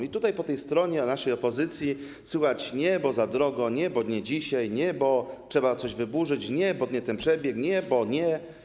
Po tej stronie, po stronie naszej opozycji słychać: nie, bo za drogo; nie, bo nie dzisiaj; nie, bo trzeba coś wyburzyć; nie, bo nie ten przebieg; nie, bo nie.